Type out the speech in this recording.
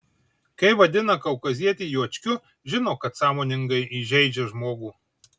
kai vadina kaukazietį juočkiu žino kad sąmoningai įžeidžia žmogų